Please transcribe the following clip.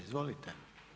Izvolite.